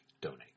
donate